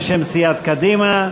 בשם סיעת קדימה.